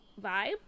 vibe